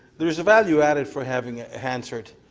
there's a value added for having ah hansard.